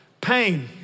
Pain